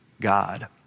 God